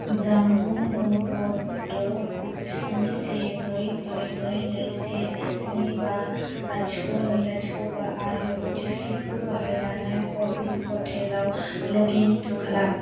जानबुं नम्बर द' गु स्नि से ब्रै ब्रै नै नै से स्नि बा लाथिख' नै लाथिख' बा आरो अटिपिखौ बाहायनानै क'विन पर्टेलाव लग इन खालाम